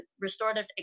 restorative